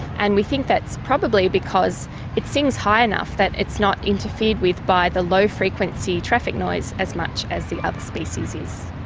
and we think that's probably because it sings high enough that it's not interfered with by the low frequency traffic noise as much as the other species